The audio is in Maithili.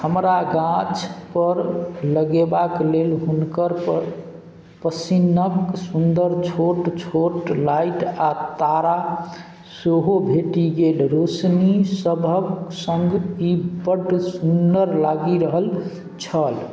हमरा गाछपर लगेबाक लेल हुनकर पर पसिन्नके सुन्दर छोट छोट लाइट आओर तारा सेहो भेटि गेल रोशनी सबके सङ्ग ई बड्ड सुन्दर लागि रहल छल